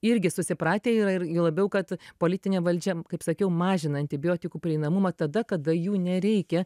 irgi susipratę yra ir juo labiau kad politinė valdžia kaip sakiau mažina antibiotikų prieinamumą tada kada jų nereikia